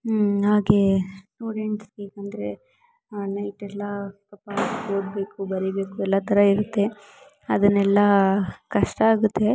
ಊಂ ಹಾಗೇ ಸ್ಟೂಡೆಂಟ್ಸೀಗಂದರೆ ನೈಟೆಲ್ಲ ಪಾಪ ಓದಬೇಕು ಬರೀಬೇಕು ಎಲ್ಲ ಥರ ಇರುತ್ತೆ ಅದನ್ನೆಲ್ಲ ಕಷ್ಟ ಆಗುತ್ತೆ